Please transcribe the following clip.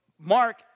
Mark